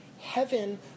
heaven